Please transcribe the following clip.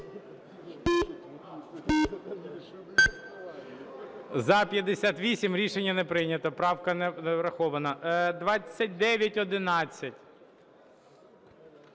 За-58 Рішення не прийнято, правка не врахована. 2911.